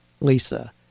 lisa